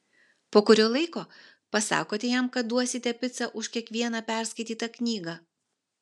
po kurio laiko pasakote jam kad duosite picą už kiekvieną perskaitytą knygą